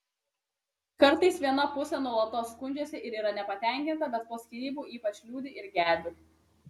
kartais viena pusė nuolatos skundžiasi ir yra nepatenkinta bet po skyrybų ypač liūdi ir gedi